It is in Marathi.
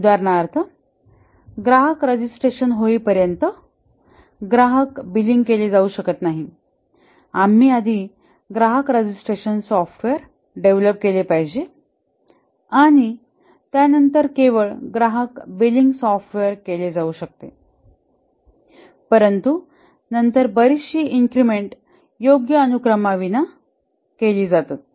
उदाहरणार्थ ग्राहक रजिस्ट्रेशन होईपर्यंत ग्राहक बिलिंग केले जाऊ शकत नाही आम्ही आधी ग्राहक रजिस्ट्रेशन सॉफ्टवेअर डेव्हलप केले पाहिजे आणि त्यानंतर केवळ ग्राहक बिलिंग सॉफ्टवेअर केले जाऊ शकते परंतु नंतर बरीचशी इन्क्रिमेंट योग्य अनुक्रम विना केली जाते